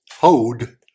Hold